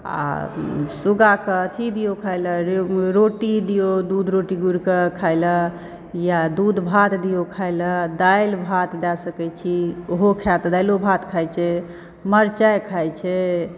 आ सुग्गाकऽ अथी दियौ खाइ ले रोटी दियौ दूध रोटी गूड़िकऽ खाइ ले या दूध भात दियौ खाइ ले दालि भात दए सकै छी ओहो खायत दाइलो भात खाइ छै मरचाइ खाइ छै